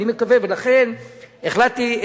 ולכן החלטתי,